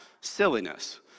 silliness